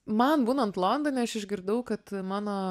man būnant londone aš išgirdau kad mano